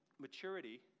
Maturity